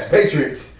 Patriots